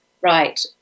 Right